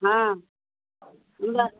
हँ ओ लेबै